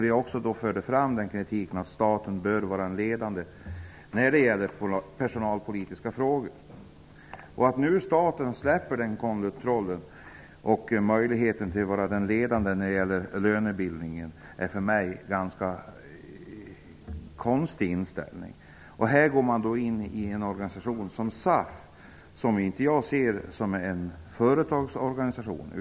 Vi förde då fram att staten bör vara ledande i personalpolitiska frågor. Staten släpper nu sin kontroll och möjligheten att vara ledande när det gäller lönebildningen. För mig verkar det konstigt. Här går man in i en organisation som SAF, som jag inte ser som en företagsorganisation.